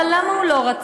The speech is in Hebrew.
אבל למה הוא לא רצה?